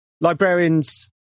librarians